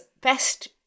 best